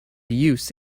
use